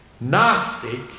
Gnostic